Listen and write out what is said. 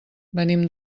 venim